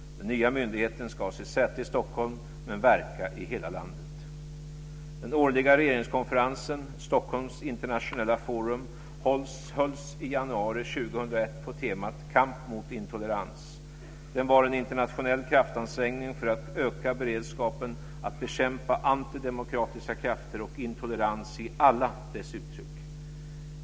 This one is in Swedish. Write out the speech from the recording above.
Den nya myndigheten ska ha sitt säte i Stockholm men verka i hela landet. Den årliga regeringskonferensen Stockholms Internationella Forum hölls i januari 2001 på temat "Kamp mot intolerans". Den var en internationell kraftsansträngning för att öka beredskapen att bekämpa antidemokratiska krafter och intolerans i alla dess uttryck.